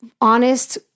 honest